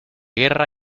guerra